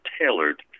tailored